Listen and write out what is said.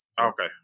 Okay